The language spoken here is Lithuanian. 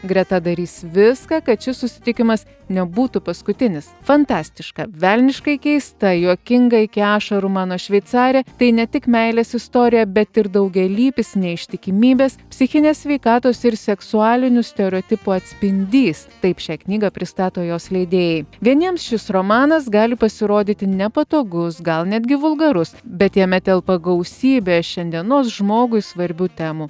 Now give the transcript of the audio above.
greta darys viską kad šis susitikimas nebūtų paskutinis fantastiška velniškai keista juokinga iki ašarų mano šveicarė tai ne tik meilės istorija bet ir daugialypis neištikimybės psichinės sveikatos ir seksualinių stereotipų atspindys taip šią knygą pristato jos leidėjai vieniems šis romanas gali pasirodyti nepatogus gal netgi vulgarus bet jame telpa gausybė šiandienos žmogui svarbių temų